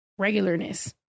regularness